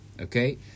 okay